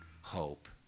hope